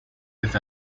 with